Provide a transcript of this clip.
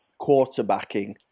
quarterbacking